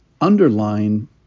underline